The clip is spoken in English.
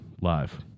live